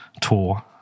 tour